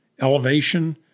elevation